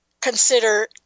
consider